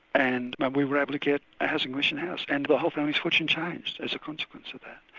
and we were able to get a housing commission house, and the whole family's fortune changed as a consequence of that.